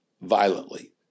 violently